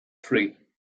three